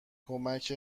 کمک